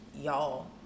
y'all